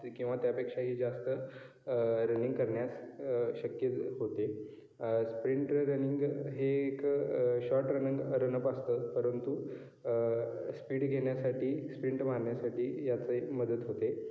ती किंवा त्यापेक्षाही जास्त रनिंग करण्यास शक्य ज् होते स्प्रिंट रनिंग हे एक शॉर्ट रनंग रनप असतं परंतु स्पीड घेण्यासाठी स्प्रिंट मारण्यासाठी याची मदत होते